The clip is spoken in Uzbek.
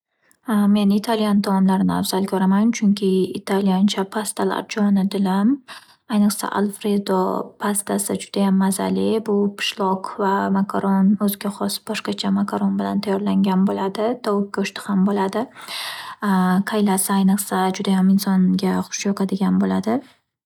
Men Italyan taomlarini afzal ko'raman. Chunki Italyancha pastalar jon-u dilim. Ayniqsa, alfredo pastasi judayam mazali. Bu pishloq va makaron o'ziga xos boshqacha makaron bilan tayyorlangan bo'ladi, tovuq go'shti ham bo'ladi qaylasi ayniqsa judayam insonga xush yoqadigan bo'ladi.